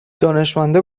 دانشمندا